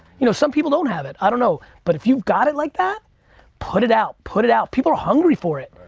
you know some people don't have it, i don't know, but if you've got it like that put it out, put it out. people are hungry for it.